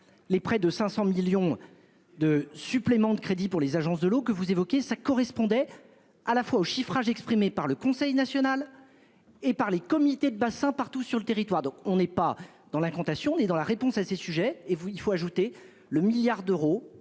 Les près de 500 millions. De supplément de crédit pour les agences de l'eau que vous évoquiez ça correspondait à la fois au chiffrage exprimée par le conseil national et par les comités de bassin partout sur le territoire. Donc on n'est pas dans l'incantation dans la réponse à ces sujets. Et vous, il faut ajouter le milliard d'euros